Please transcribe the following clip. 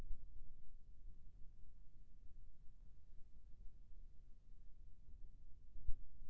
हमन सब्बो संगवारी भाई बहिनी हमन ला पात्रता के अनुसार सब्बो प्रकार के लाभ बताए?